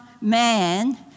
man